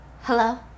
hello